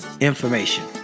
information